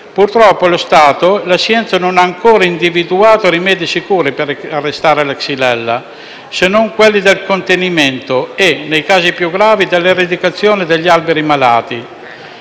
Purtroppo, allo stato la scienza non ha ancora individuato rimedi sicuri per arrestare la xylella, se non quelli del contenimento e, nei casi più gravi, dell'eradicazione degli alberi malati.